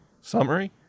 summary